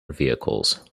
vehicles